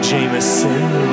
Jameson